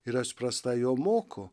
yra suprasta jog moku